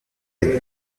egg